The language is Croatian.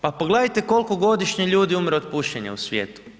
Pa pogledajte koliko godišnje ljudi umre od pušenja u svijetu.